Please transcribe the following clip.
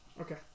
Okay